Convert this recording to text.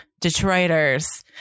Detroiters